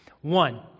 One